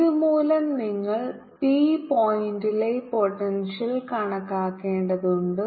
ഇതുമൂലം നിങ്ങൾ p പോയിന്റിലെ പോട്ടെൻഷ്യൽ കണക്കാക്കേണ്ടതുണ്ട്